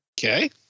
Okay